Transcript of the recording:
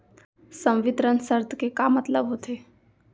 संवितरण शर्त के का मतलब होथे?